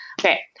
Okay